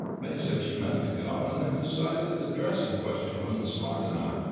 may said she meant to go, and then decided that the dress in question wasn't smart enough.